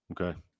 Okay